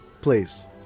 Please